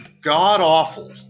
god-awful